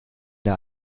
der